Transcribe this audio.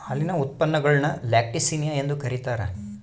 ಹಾಲಿನ ಉತ್ಪನ್ನಗುಳ್ನ ಲ್ಯಾಕ್ಟಿಸಿನಿಯ ಎಂದು ಕರೀತಾರ